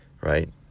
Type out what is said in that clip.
Right